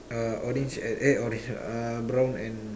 uh orange and eh orange ah uh brown and